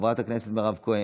חברת הכנסת מירב כהן,